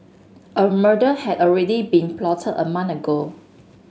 a murder had already been plotted a month ago